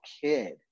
kid